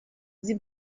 sie